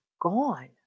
gone